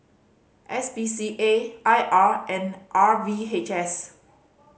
S P C A I R and R V H S